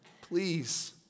please